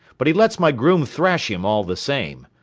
but he lets my groom thrash him, all the same.